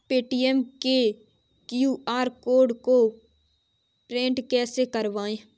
Paytm के QR code को print कैसे करवाएँ?